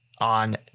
on